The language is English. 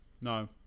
No